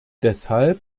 deshalb